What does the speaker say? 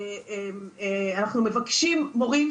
אנחנו מבקשים מורים,